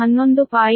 20 p